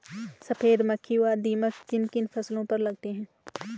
सफेद मक्खी व दीमक किन किन फसलों पर लगते हैं?